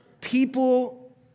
people